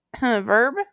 Verb